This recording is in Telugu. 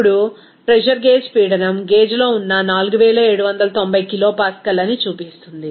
ఇప్పుడు ప్రెజర్ గేజ్ పీడనం గేజ్లో ఉన్న 4790 కిలోపాస్కల్ అని చూపిస్తుంది